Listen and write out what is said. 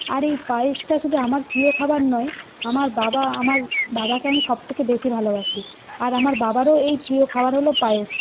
আর এই পায়েসটা শুধু আমার প্রিয় খাবার নয় আমার বাবা আমার বাবাকে আমি সবথেকে বেশি ভালোবাসি আর আমার বাবারও এই প্রিয় খাবার হলো পায়েস